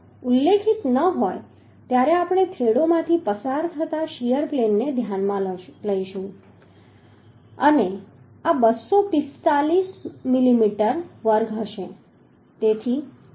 ઉલ્લેખિત ન હોય ત્યારે આપણે થ્રેડોમાંથી પસાર થતા શીયર પ્લેનને ધ્યાનમાં લઈશું અને આ 245 મિલીમીટર વર્ગ હશે